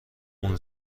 اون